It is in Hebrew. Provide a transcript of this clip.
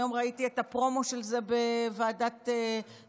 היום ראיתי את הפרומו של זה בוועדת החוקה,